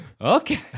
okay